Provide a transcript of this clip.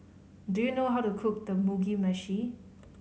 do you know how to cook the Mugi Meshi